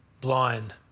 blind